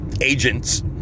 agents